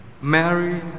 Mary